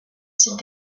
cette